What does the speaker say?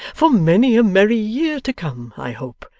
for many a merry year to come, i hope.